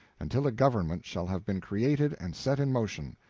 until a government shall have been created and set in motion.